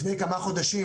לפני כמה חודשים,